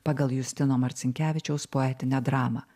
pagal justino marcinkevičiaus poetinę dramą